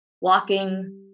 walking